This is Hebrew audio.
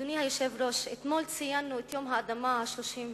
אדוני היושב-ראש, אתמול ציינו את יום האדמה ה-33,